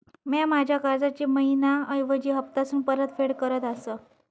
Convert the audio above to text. म्या माझ्या कर्जाची मैहिना ऐवजी हप्तासून परतफेड करत आसा